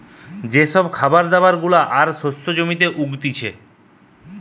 যে সব খাবার দাবার গুলা আর শস্য জমিতে উগতিচে